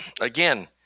again